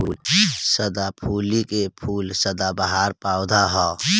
सदाफुली के फूल सदाबहार पौधा ह